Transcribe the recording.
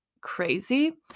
crazy